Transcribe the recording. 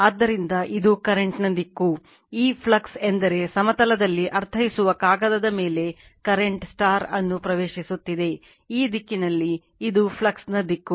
ಆದ್ದರಿಂದ ಇದು ಕರೆಂಟ್ ನ ದಿಕ್ಕು ಈ ಫ್ಲಕ್ಸ್ ಎಂದರೆ ಸಮತಲದಲ್ಲಿ ಅರ್ಥೈಸುವ ಕಾಗದದ ಮೇಲೆ ಕರೆಂಟ್ ಅನ್ನು ಪ್ರವೇಶಿಸುತ್ತಿದೆ ಮತ್ತು ಈ ದಿಕ್ಕಿನಲ್ಲಿ ಇದು ಫ್ಲಕ್ಸ್ನ ದಿಕ್ಕು